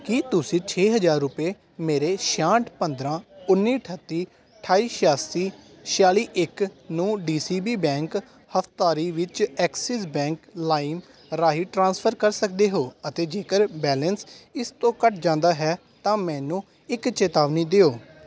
ਕੀ ਤੁਸੀਂਂ ਛੇ ਹਜ਼ਾਰ ਰੁਪਏ ਮੇਰੇ ਛਿਆਹਠ ਪੰਦਰਾਂ ਉੱਨੀ ਅਠੱਤੀ ਅਠਾਈ ਛਿਆਸੀ ਛਿਆਲੀ ਇਕ ਨੂੰ ਡੀ ਸੀ ਬੀ ਬੈਂਕ ਹਫ਼ਤਾਵਾਰੀ ਵਿੱਚ ਐਕਸਿਸ ਬੈਂਕ ਲਾਇਮ ਰਾਹੀਂ ਟ੍ਰਾਂਸਫਰ ਕਰ ਸਕਦੇ ਹੋ ਅਤੇ ਜੇਕਰ ਬੈਲੇਂਸ ਇਸ ਤੋਂ ਘੱਟ ਜਾਂਦਾ ਹੈ ਤਾਂ ਮੈਨੂੰ ਇੱਕ ਚੇਤਾਵਨੀ ਦਿਓ